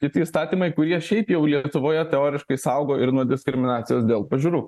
kiti įstatymai kurie šiaip jau lietuvoje teoriškai saugo ir nuo diskriminacijos dėl pažiūrų